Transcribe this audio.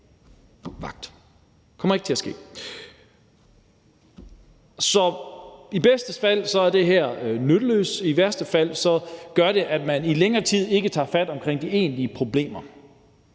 vagt. Det kommer ikke til at ske! I bedste fald er det her nytteløst, i værste fald gør det, at man i længere tid ikke tager fat omkring de egentlige problemer.